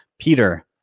Peter